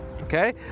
okay